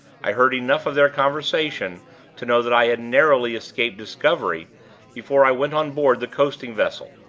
i heard enough of their conversation to know that i had narrowly escaped discovery before i went on board the coasting-vessel.